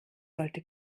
sollte